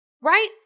right